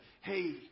Hey